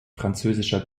französischer